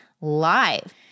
live